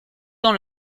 dans